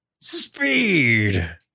Speed